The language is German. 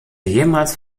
jemals